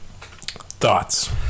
Thoughts